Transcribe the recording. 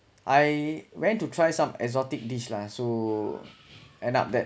I went to try some exotic dish lah so end up that